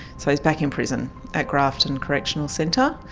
so he's back in prison at grafton correctional centre.